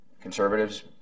Conservatives